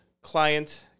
Client